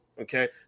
Okay